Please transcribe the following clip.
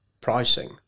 pricing